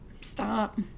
stop